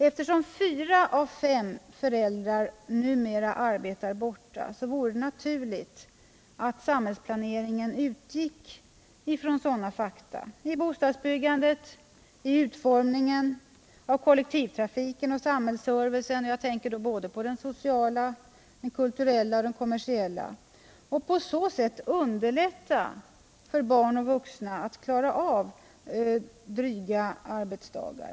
Eftersom fyra av fem föräldrar numera arbetar borta vore det naturligt att samhällsplaneringen utgick från sådana fakta i bostadsbyggandet, i utformningen av kollektivtrafiken och samhällsservicen — jag tänker på såväl den sociala som den kulturella och den kommersiella servicen — och på så sätt underlättade för barn och vuxna att klara av dryga arbetsdagar.